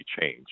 change